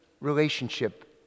relationship